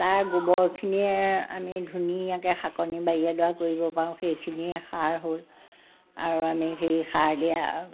তাৰ গোবৰখিনিয়ে আমি ধুনীয়াকৈ শাকনি বাৰী এডৰা কৰিব পাৰোঁ সেইখিনিয়ে সাৰ হ'ল আৰু আমি সেই সাৰ দিয়া